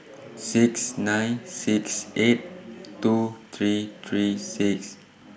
six nine six eight two three three six